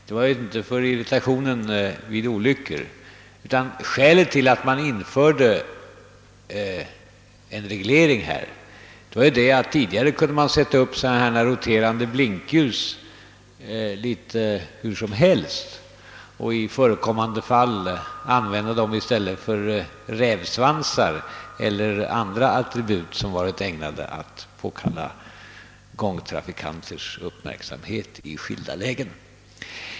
Det var inte irritationen vid olyckor som jag talade om, utan skälet till att man infört en reglering är att man tidigare kunde sätta in roterande blinkljus litet hur som helst och i förekommande fall använda dem i stället för rävsvansar eller andra attribut som varit ägnade att påkalla gångtrafikanternas uppmärksamhet i skilda lägen.